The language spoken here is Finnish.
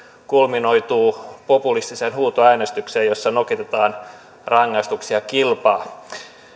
kulminoituu populistiseen huutoäänestykseen jossa nokitetaan rangaistuksia kilpaa